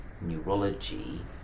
neurology